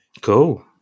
Cool